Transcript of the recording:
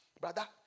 Brother